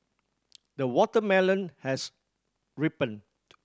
the watermelon has ripened